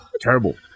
Terrible